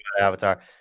Avatar